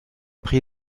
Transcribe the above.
prix